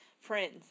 friends